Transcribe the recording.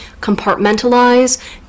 compartmentalize